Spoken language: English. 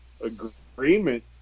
agreement